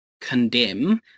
condemn